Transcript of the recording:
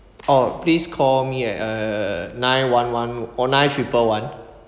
oh please call me at uh nine one one four nine triple one